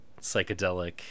psychedelic